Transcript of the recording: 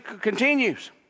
continues